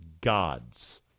gods